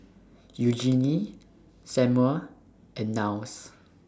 Eugenie Samual and Niles